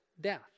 death